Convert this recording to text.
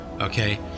okay